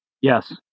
Yes